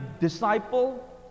disciple